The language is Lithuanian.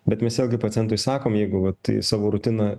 bet mes vėlgi pacientui sakom jeigu vat į savo rutiną